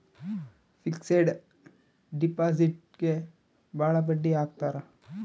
fixed ಡಿಪಾಸಿಟ್ಗೆ ಭಾಳ ಬಡ್ಡಿ ಹಾಕ್ತರ